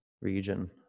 region